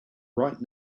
right